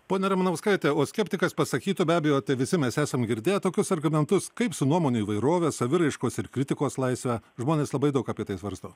ponia ramanauskaite o skeptikas pasakytų be abejo tai visi mes esam girdėję tokius argumentus kaip su nuomonių įvairove saviraiškos ir kritikos laisve žmonės labai daug apie tai svarsto